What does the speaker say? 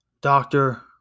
doctor